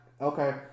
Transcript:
Okay